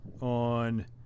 on